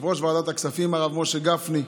יושב-ראש ועדת הכספים, הרב משה גפני,